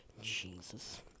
Jesus